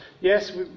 Yes